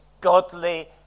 godly